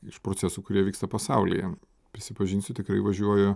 iš procesų kurie vyksta pasaulyje prisipažinsiu tikrai važiuoju